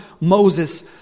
Moses